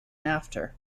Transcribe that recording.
after